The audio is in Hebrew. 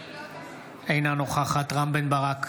אינה נוכחת רם בן ברק,